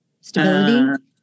stability